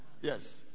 yes